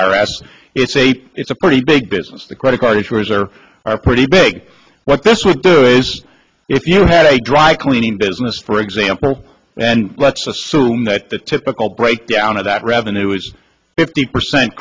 s it's a it's a pretty big business the credit card issuers are are pretty big what this would do is if you had a dry cleaning business for example and let's assume that the typical breakdown of that revenue was fifty percent